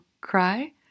cry